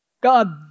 God